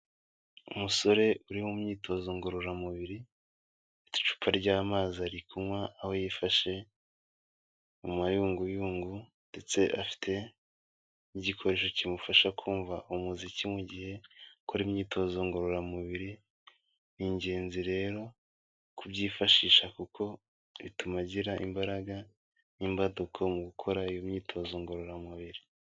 Umusore uri mu myitozo ngororamubiri, afite icupa ry'amazi ari kunywa aho yifashe mu mayunguyungu ndetse afite n'igikoresho kimufasha kumva umuziki mu gihe akora imyitozo ngororamubiri, ni ingenzi rero kubyifashisha kuko bituma agira imbaraga n'imbaduko mu gukora iyo myitozo ngororamubiri.